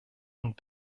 und